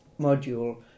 module